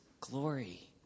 glory